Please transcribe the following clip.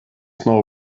now